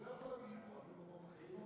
הוא לא יכול להביא ביטוח ממקום אחר,